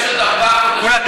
יש עוד ארבעה חודשים,